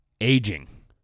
aging